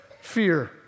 Fear